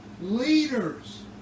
Leaders